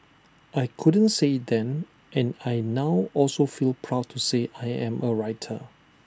I couldn't say IT then and I now also feel proud to say I am A writer